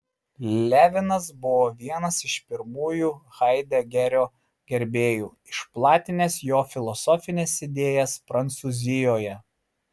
levinas buvo vienas iš pirmųjų haidegerio gerbėjų išplatinęs jo filosofines idėjas prancūzijoje